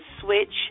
Switch